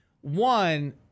One